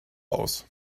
aus